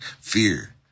Fear